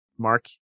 mark